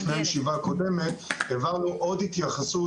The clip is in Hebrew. לפני הישיבה הקודמת העברנו עוד התייחסות